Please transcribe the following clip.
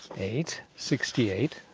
eight, sixty eight,